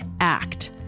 act